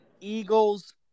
Eagles